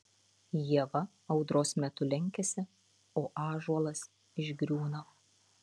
ieva audros metu lenkiasi o ąžuolas išgriūna